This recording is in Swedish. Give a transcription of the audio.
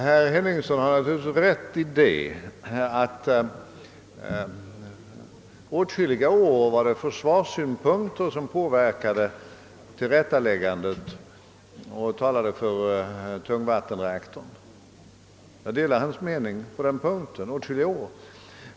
Herr Henningsson har rätt i att försvarssynpunkter under åtskilliga år talat för tungvattenreaktorn. Jag delar alltså hans uppfattning på den punkten.